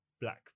black